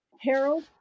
Harold